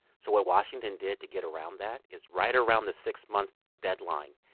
so what washington did to get around that is, right around the six-month deadline,